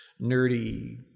nerdy